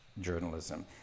journalism